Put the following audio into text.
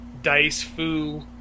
dice-foo